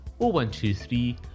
0123